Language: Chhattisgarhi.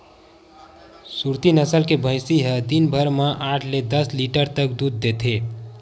सुरती नसल के भइसी ह दिन भर म आठ ले दस लीटर तक दूद देथे